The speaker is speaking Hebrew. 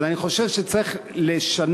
אז אני חושב שצריך לשנות,